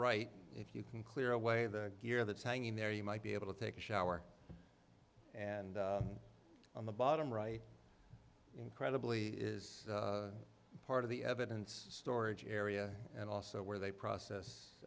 right if you can clear away the gear that's hanging there you might be able to take a shower and on the bottom right incredibly is part of the evidence storage area and also where they